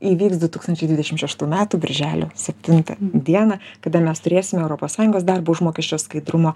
įvyks du tūkstančiai dvidešim šeštų metų birželio septintą dieną kada mes turėsime europos sąjungos darbo užmokesčio skaidrumo